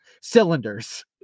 cylinders